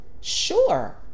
sure